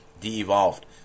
de-evolved